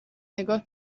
نگاه